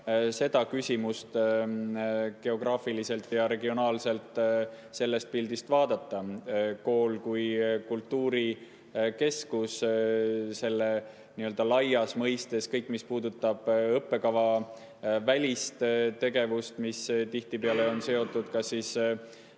seda küsimust geograafiliselt ja regionaalselt, sellest pildist lähtudes vaadata. Kool kui kultuurikeskus, nii-öelda laias mõistes kõik, mis puudutab õppekavavälist tegevust, mis tihtipeale on seotud